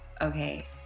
okay